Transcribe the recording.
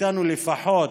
מאיתנו לפחות,